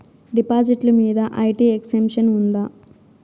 డిపాజిట్లు మీద IT exemption ఉందా?